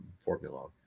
formula